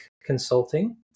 Consulting